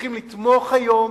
שצריכים לתמוך היום